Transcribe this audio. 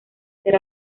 ser